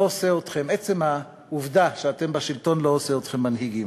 עצם העובדה שאתם בשלטון, לא עושה אתכם מנהיגים.